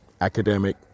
academic